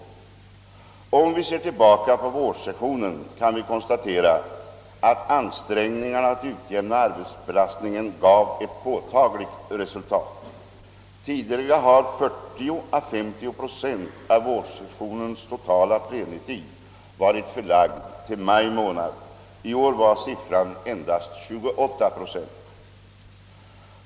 Om vi ser tillbaka på vårsessionen kan vi konstatera, att ansträngningarna att utjämna arbetsbelastningen gav ett påtagligt resultat. Tidigare har 40 å 50 procent av vårsessionens totala plenitid varit förlagd till maj månad. I år var siffran endast 28 procent.